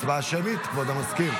הצבעה שמית, כבוד המזכיר?